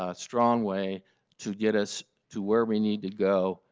ah strong way to get us to where we need to go,